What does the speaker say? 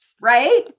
right